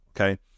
okay